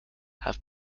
have